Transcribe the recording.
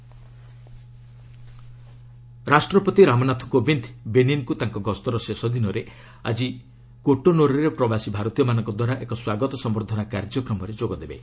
president Benin ରାଷ୍ଟ୍ରପତି ରାମନାଥ କୋବିନ୍ଦ ବେନିନ୍ଙ୍କୁ ତାଙ୍କ ଗସ୍ତର ଶେଷ ଦିନରେ ଆକି କୋଟୋନୋରେ ପ୍ରବାସି ଭାରତୀୟମାନଙ୍କ ଦ୍ୱାରା ଏକ ସ୍ୱାଗତ ସମ୍ଭର୍ଦ୍ଧନା କାର୍ଯ୍ୟକ୍ରମରେ ଯୋଗ ଦେବେ